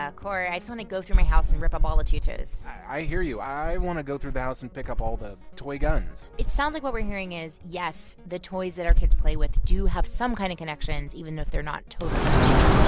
ah cory, i just want to go through my house and rip up all the tutus i hear you. i want to go through the house and pick up all the toy guns it sounds like what we're hearing is, yes, the toys that our kids play with do have some kind of connections, even if they're not totally clear,